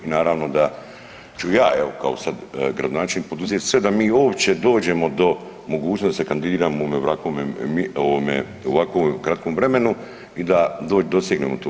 I naravno da ću ja evo kao sada gradonačelnik poduzeti sve da mi uopće dođemo do mogućnosti da se kandidiramo u ovako kratkom vremenu i da dosegnemo to.